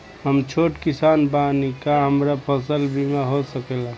हम छोट किसान बानी का हमरा फसल बीमा हो सकेला?